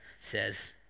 says